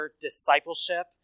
Discipleship